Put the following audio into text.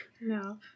No